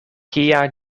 kia